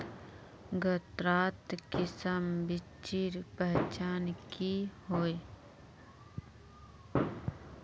गन्नात किसम बिच्चिर पहचान की होय?